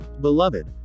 Beloved